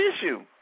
issue